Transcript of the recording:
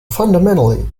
fundamentally